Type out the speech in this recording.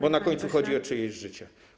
Bo na końcu chodzi o czyjeś życie.